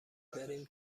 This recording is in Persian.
کنهبریم